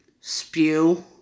spew